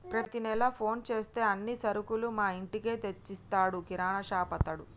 ప్రతి నెల ఫోన్ చేస్తే అన్ని సరుకులు మా ఇంటికే తెచ్చిస్తాడు కిరాణాషాపతడు